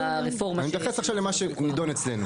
אני מתייחס עכשיו למה שנידון אצלנו.